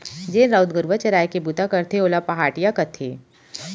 जेन राउत गरूवा चराय के बूता करथे ओला पहाटिया कथें